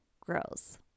grows